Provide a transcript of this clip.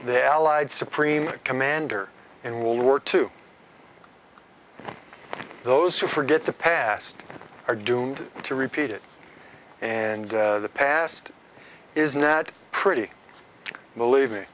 the allied supreme commander in world war two those who forget the past are doomed to repeat it and the past is now that pretty believe me